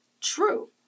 true